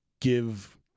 give